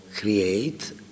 create